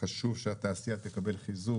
חשוב שהתעשייה תקבל חיזוק.